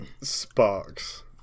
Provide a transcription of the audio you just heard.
Sparks